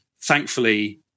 Thankfully